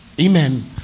amen